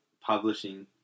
publishing